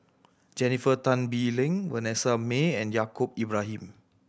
Jennifer Tan Bee Leng Vanessa Mae and Yaacob Ibrahim